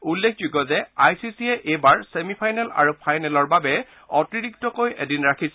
উল্লেখযোগ্য যে I C চিয়ে এই বাৰ ছেমিফাইনেল আৰু ফাইনেলৰ বাবে অতিৰিক্তকৈ এদিন ৰাখিছে